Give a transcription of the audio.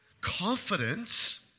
confidence